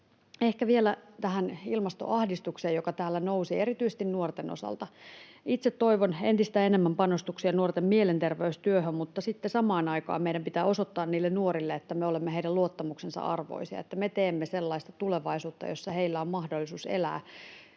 Ehkä vielä tähän ilmastoahdistukseen, joka täällä nousi erityisesti nuorten osalta: Itse toivon entistä enemmän panostuksia nuorten mielenterveystyöhön, mutta sitten samaan aikaan meidän pitää osoittaa niille nuorille, että me olemme heidän luottamuksensa arvoisia, että me teemme sellaista tulevaisuutta, jossa heillä on mahdollisuus elää